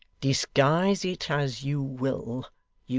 disguise it as you will,